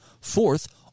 Fourth